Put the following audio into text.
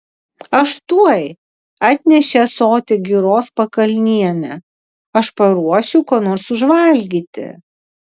aš tuoj atnešė ąsotį giros pakalnienė aš paruošiu ko nors užvalgyti